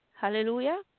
hallelujah